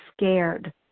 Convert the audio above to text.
scared